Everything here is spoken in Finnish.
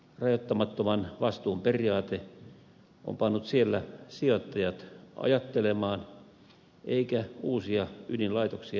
rajoittamattoman vastuun periaate on pannut siellä sijoittajat ajattelemaan eikä uusia ydinlaitoksia ole rakenteilla